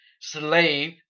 slave